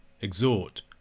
exhort